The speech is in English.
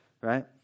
right